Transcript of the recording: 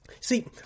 See